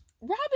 Robin